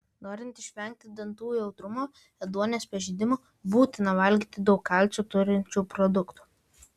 norint išvengti dantų jautrumo ėduonies pažeidimų būtina valgyti daug kalcio turinčių produktų